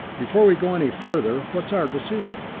before we go any further, what's our decision?